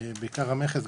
בעיקר המכס,